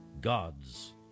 God's